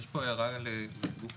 יש פה הערה לארגון.